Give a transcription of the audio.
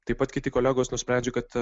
taip pat kiti kolegos nusprendžia kad